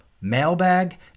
mailbag